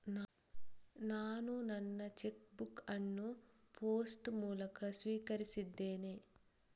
ನಾನು ನನ್ನ cheque book ಅನ್ನು ಪೋಸ್ಟ್ ಮೂಲಕ ಸ್ವೀಕರಿಸಿದ್ದೇನೆ